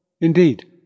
Indeed